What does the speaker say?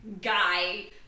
guy